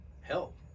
help